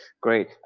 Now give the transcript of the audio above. Great